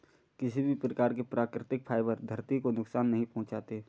किसी भी प्रकार के प्राकृतिक फ़ाइबर धरती को नुकसान नहीं पहुंचाते